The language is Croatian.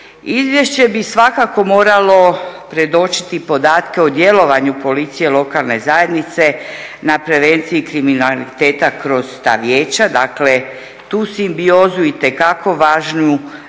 Izvješće bi svakako moralo predočiti podatke o djelovanje policije lokalne zajednice na prevenciji kriminaliteta kroz ta vijeća, dakle tu simbiozu itekako važnu